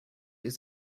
ist